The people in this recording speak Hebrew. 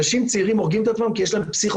אנשים צעירים הורגים את עצמם כי יש להם פסיכופתולוגיה.